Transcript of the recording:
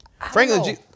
Franklin